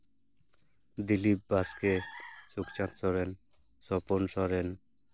ᱫᱤᱞᱤᱯ ᱵᱟᱥᱠᱮ ᱥᱩᱠᱪᱟᱸᱫᱽ ᱥᱚᱨᱮᱱ ᱥᱚᱯᱚᱱ ᱥᱚᱨᱮᱱ